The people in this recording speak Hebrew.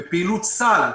בפעילות סל,